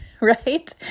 right